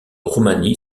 roumanie